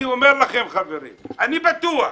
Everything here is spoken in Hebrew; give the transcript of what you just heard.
אני אומר לכם, חברים: אני בטוח,